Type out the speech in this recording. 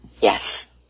Yes